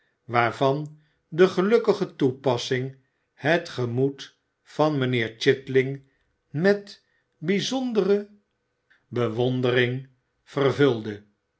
waarvan de gelukkige toepassing het gemoed van mijnheer chitling met bijzondere bewondej ring vervulde